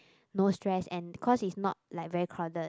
no stress and cause it's not like very crowded